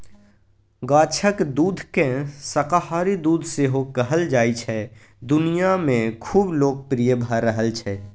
गाछक दुधकेँ शाकाहारी दुध सेहो कहल जाइ छै दुनियाँ मे खुब लोकप्रिय भ रहल छै